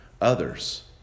others